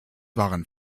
waren